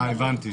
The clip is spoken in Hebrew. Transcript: הבנתי.